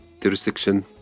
jurisdiction